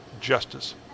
justice